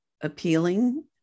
appealing